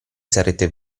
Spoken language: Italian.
sarete